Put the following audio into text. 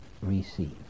receive